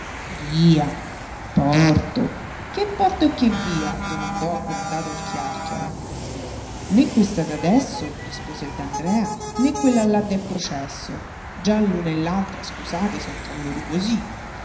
via porto che porto e che via domandò aggrondato il chiàrchiaro né questa d'adesso rispose il d'andrea né quella là del processo già l'una e l'altra scusate son tra loro cosí